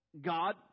God